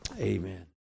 Amen